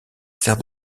sert